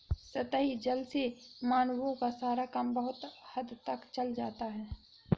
सतही जल से मानवों का सारा काम बहुत हद तक चल जाता है